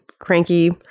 cranky